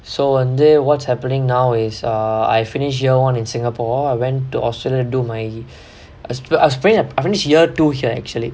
so வந்து:vanthu what's happening now is err I finish year one in singapore I went to australia do my I I finish year two here actually